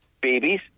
babies